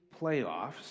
playoffs